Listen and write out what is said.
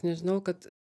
nežinau kad